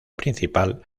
principal